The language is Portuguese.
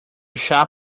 chá